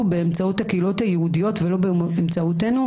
באמצעות הקהילות היהודיות ולא באמצעותנו,